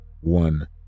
one